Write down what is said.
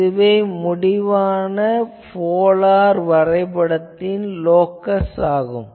இதுவே முடிவாக போலார் வரைபடத்தின் லோகஸ் ஆகும்